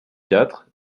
quatre